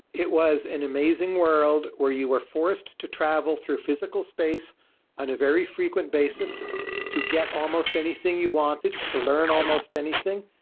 it was an amazing world where you were forced to travel through physical space on a very frequent basis to get almost anything you wanted, to learn almost anything.